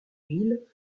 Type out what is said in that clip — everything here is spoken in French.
ville